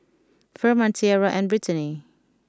Furman Tiarra and Britany